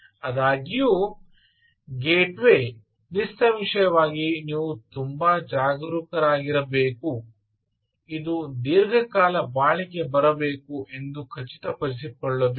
ಆದಾಗ್ಯೂ ಗೇಟ್ವೇ ನಿಸ್ಸಂಶಯವಾಗಿ ನೀವು ತುಂಬಾ ಜಾಗರೂಕರಾಗಿರಬೇಕಾಗಬಹುದು ಇದು ದೀರ್ಘಕಾಲ ಬಾಳಿಕೆ ಬರಬೇಕು ಎಂದು ಖಚಿತಪಡಿಸಿಕೊಳ್ಳಬೇಕು